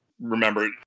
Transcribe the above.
remember